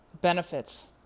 benefits